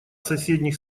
соседних